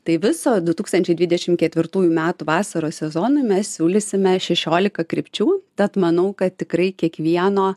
tai viso du tūkstančiai dvidešimt ketvirtųjų metų vasaros sezonui mes siūlysime šešioliką krypčių tad manau kad tikrai kiekvieno